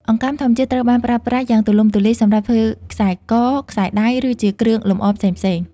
អង្កាំធម្មជាតិត្រូវបានប្រើប្រាស់យ៉ាងទូលំទូលាយសម្រាប់ធ្វើខ្សែក ខ្សែដៃ ឬជាគ្រឿងលម្អផ្សេងៗ។